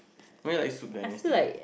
when like Song dynasty